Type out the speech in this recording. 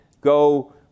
go